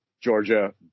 Georgia